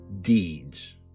deeds